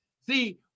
See